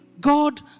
God